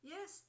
Yes